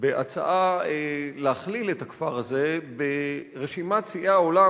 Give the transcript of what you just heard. בהצעה להכליל את הכפר הזה ברשימת שיאי העולם